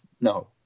no